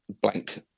blank